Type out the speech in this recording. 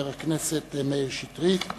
כבוד חבר הכנסת מאיר שטרית.